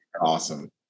Awesome